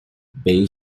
bai